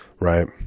right